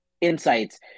insights